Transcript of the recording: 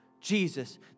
Jesus